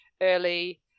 early